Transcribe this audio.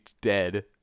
dead